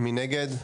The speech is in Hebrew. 1 נגד,